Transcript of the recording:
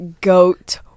goat